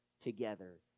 together